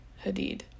Hadid